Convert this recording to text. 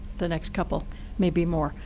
the next couple maybe more.